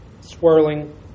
Swirling